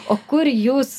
o kur jūs